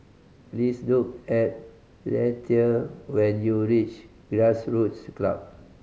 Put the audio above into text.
please look at Lethia when you reach Grassroots Club